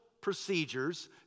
procedures